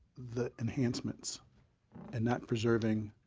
the enhancements and not preserving